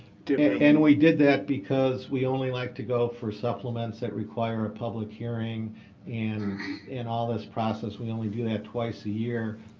and we did that because we only like to go for supplements that require a public hearing and and all this process, we only do that twice a year.